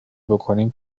بکنیم